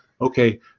okay